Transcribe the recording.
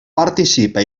participa